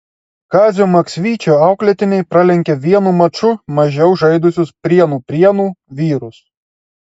kazio maksvyčio auklėtiniai pralenkė vienu maču mažiau žaidusius prienų prienų vyrus